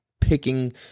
picking